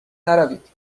نروید